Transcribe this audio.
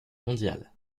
mondiale